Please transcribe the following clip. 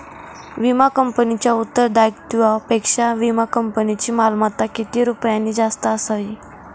विमा कंपनीच्या उत्तरदायित्वापेक्षा विमा कंपनीची मालमत्ता किती रुपयांनी जास्त असावी?